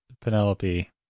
Penelope